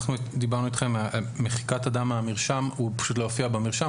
דיברנו איתכם על מחיקת אדם מהמרשם; הוא פשוט לא יופיע במרשם.